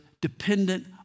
dependent